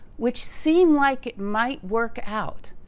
which seemed like it might work out.